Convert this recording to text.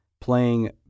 playing